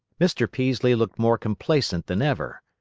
mr. peaslee looked more complacent than ever.